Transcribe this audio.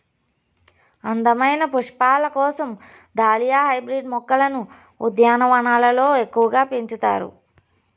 అందమైన పుష్పాల కోసం దాలియా హైబ్రిడ్ మొక్కలను ఉద్యానవనాలలో ఎక్కువగా పెంచుతారు